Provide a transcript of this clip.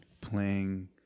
playing